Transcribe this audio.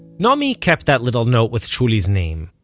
naomi kept that little note with shuly's name.